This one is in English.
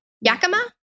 yakima